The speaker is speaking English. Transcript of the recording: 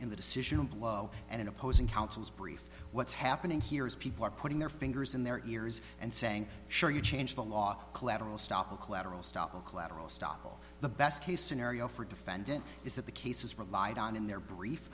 in the decision and lo and in opposing counsel's brief what's happening here is people are putting their fingers in their ears and saying sure you change the law collateral stop the collateral stop the collateral estoppel the best case scenario for defendant is that the case is relied on in their brief